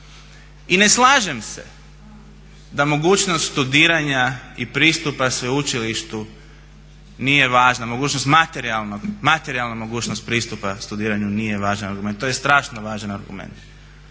I ne slažem se da mogućnost studiranja i pristupa sveučilištu nije važna mogućnost materijalna mogućnost pristupa studiranju nije važan argument. To je strašno važan argument.